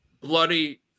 bloody